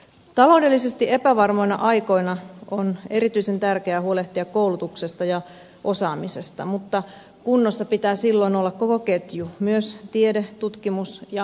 taloudellisesti epävarmoina aikoina on erityisen tärkeää huolehtia koulutuksesta ja osaamisesta mutta kunnossa pitää silloin olla koko ketjun myös tiede tutkimus ja korkeakouluopetuksen